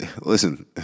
listen